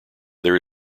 there